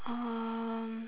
um